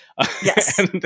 yes